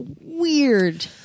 weird